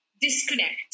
disconnect